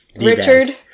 Richard